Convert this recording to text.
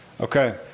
okay